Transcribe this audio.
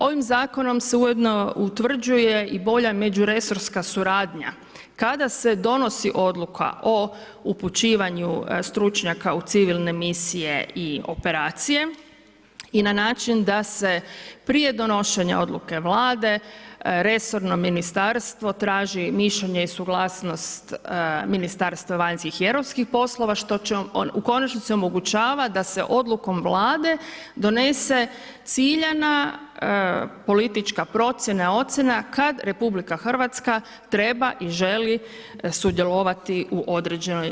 Ovim Zakonom se ujedno utvrđuje i bolja međuresorska suradnja kada se donosi odluka o upućivanju stručnjaka u civilne misije i operacije i na način da se prije donošenja odluke Vlade resorno ministarstvo traži mišljenje i suglasnost Ministarstva vanjski i europskih poslova, što će u konačnici omogućava da se odlukom Vlade donese ciljana politička procjene i ocjena kad RH treba i želi sudjelovati u određenoj